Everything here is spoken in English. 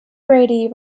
brady